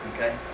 Okay